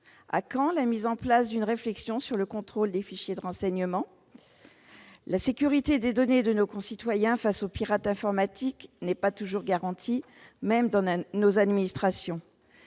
À quand la mise en place d'une réflexion sur le contrôle des fichiers de renseignement ? La sécurité des données de nos concitoyens face aux pirates informatiques n'est pas toujours garantie, même dans nos administrations.